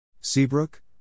Seabrook